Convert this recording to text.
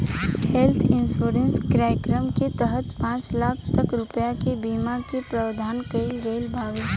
health insurance कार्यक्रम के तहत पांच लाख तक रुपिया के बीमा के प्रावधान कईल गईल बावे